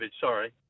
Sorry